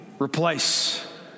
replace